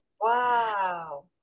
Wow